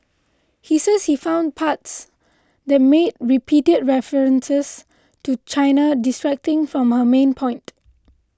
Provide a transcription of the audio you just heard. he says he found parts that made repeated references to China distracting from her main point